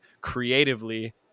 creatively